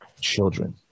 children